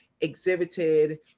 exhibited